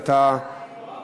חבר